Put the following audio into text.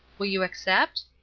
will you accept?